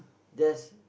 just